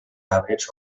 arbres